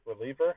reliever